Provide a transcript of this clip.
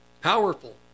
Powerful